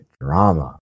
drama